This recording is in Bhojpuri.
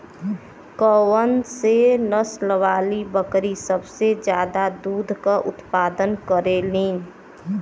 कौन से नसल वाली बकरी सबसे ज्यादा दूध क उतपादन करेली?